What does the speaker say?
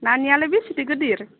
नानियालाय बेसेथो गोदिर